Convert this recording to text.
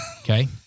okay